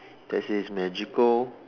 that says magical